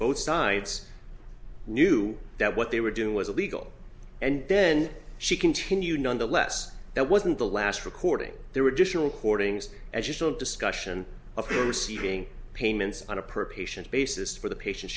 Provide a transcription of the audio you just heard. both sides knew that what they were doing was illegal and then she continued nonetheless that wasn't the last recording there were additional courting as usual discussion of the receiving payments on a per patient basis for the patient